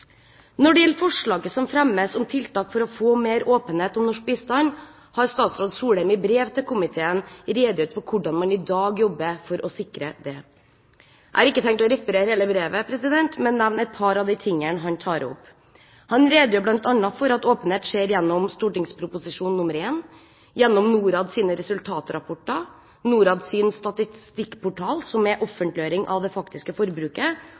Når det gjelder forslaget som fremmes om tiltak for å få mer åpenhet om norsk bistand, har statsråd Solheim i brev til komiteen redegjort for hvordan man i dag jobber for å sikre det. Jeg har ikke tenkt å referere hele brevet, men nevne et par av de tingene han tar opp. Han redegjør bl.a. for at åpenhet skjer gjennom Prop. 1 S, gjennom Norads resultatrapporter, Norads statistikkportal, som er offentliggjøring av det faktiske forbruket,